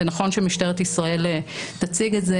ונכון שמשטרת ישראל תציג את זה.